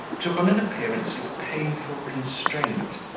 took on an appearance of painful constraint.